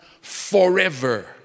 forever